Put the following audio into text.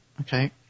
Okay